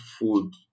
food